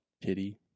pity